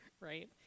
right